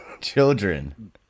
children